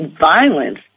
violence